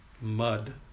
mud